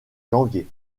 janvier